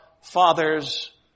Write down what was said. fathers